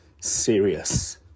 serious